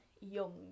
young